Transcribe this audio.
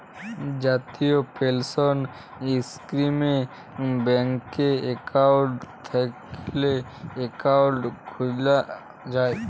জাতীয় পেলসল ইস্কিমে ব্যাংকে একাউল্ট থ্যাইকলে একাউল্ট খ্যুলা যায়